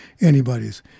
anybody's